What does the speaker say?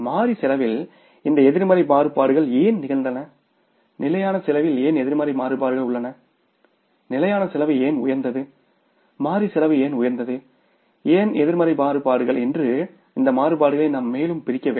மாறி செலவில் இந்த நெகடிவ் வேரியன்ஸ் ஏன் நிகழ்ந்தன நிலையான செலவில் ஏன் நெகடிவ் வேரியன்ஸ் உள்ளன நிலையான செலவு ஏன் உயர்ந்தது மாறி செலவு ஏன் உயர்ந்தது ஏன் நெகடிவ் வேரியன்ஸ் என்று இந்த மாறுபாடுகளை நாம் மேலும் பிரிக்க வேண்டும்